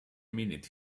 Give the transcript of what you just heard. minute